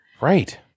Right